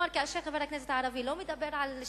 כלומר, כאשר חבר הכנסת הערבי לא מדבר על שוויון,